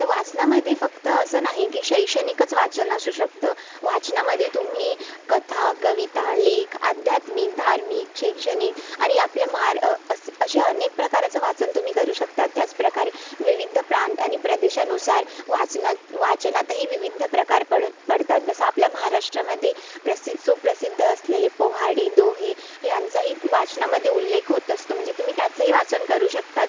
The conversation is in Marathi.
तर वाचनामध्ये फक्त असं नाही की शैक्षणिकच वाचन असू शकतं वाचनामध्ये तुम्ही कथा कविता लेख आध्यात्मिक धार्मिक शैक्षणिक आणि आपल्या महार अस् असे अनेक प्रकाराचं वाचन तुम्ही करू शकता त्याच प्रकारे विविध प्रांत आणि प्रदेशानुसार वाचनाचं वाचनातही विविध प्रकार पडत पडतात जसं आपल्या महाराष्ट्रामध्ये प्रसि सुप्रसिद्ध असलेले पोवाडे दोहे यांचाही वाचनामध्ये उल्लेख होत असतो म्हणजे तुम्ही त्याचंही वाचन करू शकतात